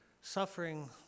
suffering